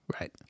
Right